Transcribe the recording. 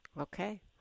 Okay